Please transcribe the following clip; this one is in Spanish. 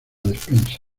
despensa